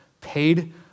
paid